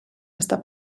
està